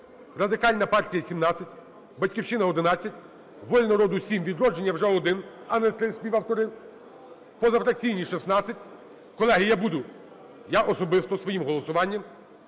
Радикальна партія – 17, "Батьківщина" – 11, "Воля народу" – 7, "Відродження" вже 1, а не 3 співавтори. Позафракційні – 16. Колеги, я буду, я особисто своїм голосуванням